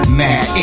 mad